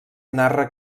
narra